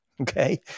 okay